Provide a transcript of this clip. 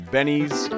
Benny's